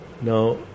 Now